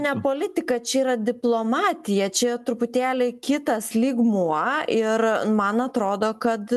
ne politika čia yra diplomatija čia truputėlį kitas lygmuo ir man atrodo kad